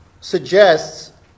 suggests